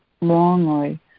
wrongly